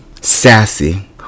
sassy